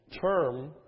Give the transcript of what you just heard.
term